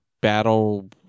battle